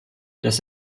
das